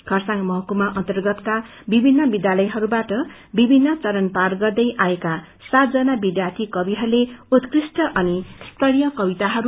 खारसाङ महकुमा अर्न्गतका विभिन्न विध्यालयहरूबाट विभिन्न चरण पार गर्दै आएका सात जना विध्यार्थी कविहरूले उत्कृष्ट अनि स्तरीय कविताहरू वाचन गर